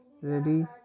ready